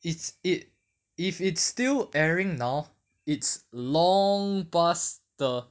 it's it if it's still airing now it's long pass the